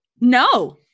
No